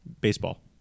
Baseball